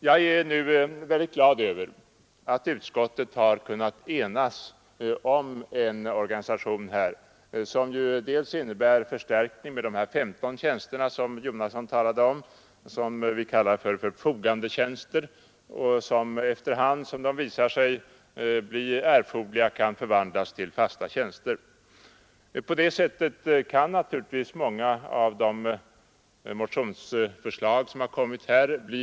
Jag är väldigt glad över att utskottet har kunnat enas om en organisation, som innebär en förstärkning med de 15 tjänster som herr Jonasson talade om och som vi kallar för förfogandetjänster. Efter hand som det visar sig erforderligt kan de förvandlas till fasta tjänster. På det sättet kan naturligtvis många av de motionsförslag som framställts bli tillgodosedda.